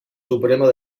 supremo